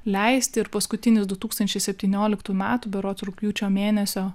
leisti ir paskutinis du tūkstančiai septynioliktų metų berods rugpjūčio mėnesio